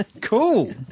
Cool